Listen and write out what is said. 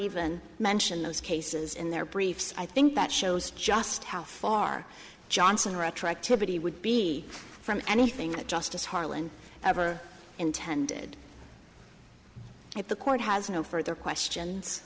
even mention those cases in their briefs i think that shows just how far johnson retroactivity would be from anything at justice harlan ever intended at the court has no further questions